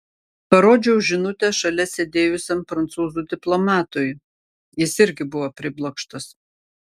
parodžiau žinutę šalia sėdėjusiam prancūzui diplomatui jis irgi buvo priblokštas